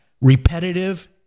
repetitive